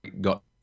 got